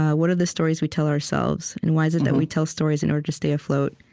what are the stories we tell ourselves? and why is it that we tell stories in order to stay afloat?